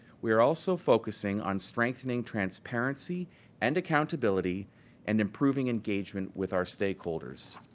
we are also focusing on strengthening transparency and accountability and improving engagement with our stakeholders.